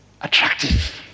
attractive